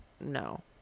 No